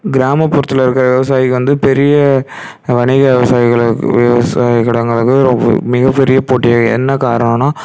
கிராமப்புறத்தில் இருக்கிற விவசாயிக்கு வந்து பெரிய வணிக விவசாயிகளுக் விவசாயகாரங்களுக்கு ரொ மிகப்பெரிய போட்டியா என்ன காரணம்னா